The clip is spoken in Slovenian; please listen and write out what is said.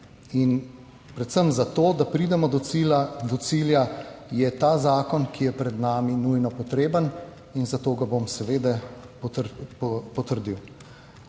in predvsem zato, da pridemo do cilja, do cilja, je ta zakon ki je pred nami nujno potreben, in zato ga bom seveda potrdil.